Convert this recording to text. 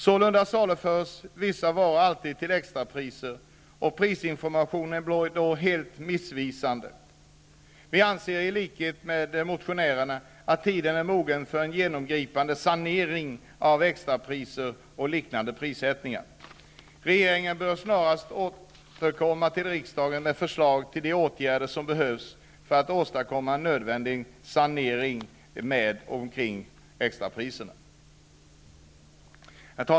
Sålunda saluförs vissa varor alltid till extrapris. Prisinformationen blir därför helt missvisande. I likhet med motionärerna anser vi att tiden nu är mogen för en genomgripande sanering när det gäller extrapriserna och liknande prissättningar. Regeringen bör snarast återkomma till riksdagen med förslag om de åtgärder som behöver vidtas för att det skall vara möjligt att åstadkomma den sanering som är nödvändig när det gäller extrapriserna.